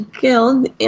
guild